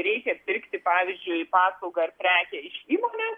reikia pirkti pavyzdžiui paslaugą ar prekę iš įmonės